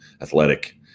Athletic